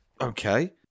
Okay